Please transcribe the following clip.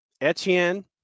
Etienne